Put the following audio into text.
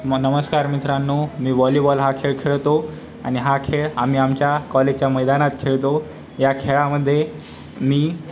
म नमस्कार मित्रांनो मी वॉलीबॉल हा खेळ खेळतो आणि हा खेळ आम्ही आमच्या कॉलेजच्या मैदानात खेळतो या खेळामध्ये मी